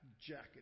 jacket